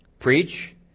preach